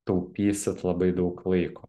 taupysit labai daug laiko